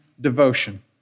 devotion